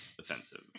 offensive